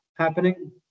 Happening